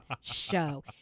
show